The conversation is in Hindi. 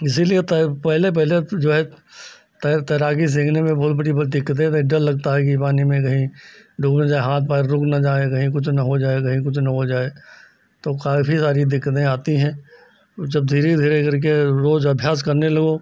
इसीलिए तैर पहले पहले तो जो है तैर तैराकी सीखने में बहुत बड़ी दिक्कतें नहीं डर लगता है कि पानी में कहीं डूब न जाऍं हाथ पैर रुक न जाएँ कहीं कुछ न हो जाए कहीं कुछ न हो जाए तो काफ़ी सारी दिक्कतें आती हैं और जब धीरे धीरे करके रोज़ अभ्यास करने लगो